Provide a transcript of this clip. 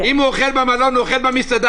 אם הוא אוכל במלון או אוכל במסעדה,